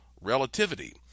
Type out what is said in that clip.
relativity